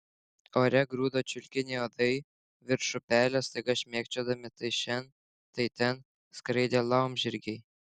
ore grūdo čiulkinį uodai virš upelio staiga šmėkščiodami tai šen tai ten skraidė laumžirgiai